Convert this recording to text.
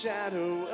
shadow